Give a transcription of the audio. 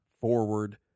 forward